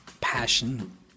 passion